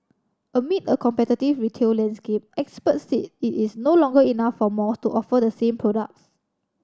amid a competitive retail landscape experts said it is no longer enough for malls to offer the same product